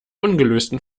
ungelösten